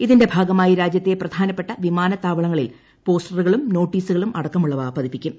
ഇതിന്റെ ഭാഗമായി രാജ്യത്തെ പ്രധാനപ്പെട്ട വിമാനത്താവളങ്ങളിൽ പോസ്റ്ററുകളും നോട്ടീസുകളും അടക്കമുള്ളവ പതിപ്പിക്കും